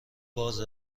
باز